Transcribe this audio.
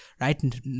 right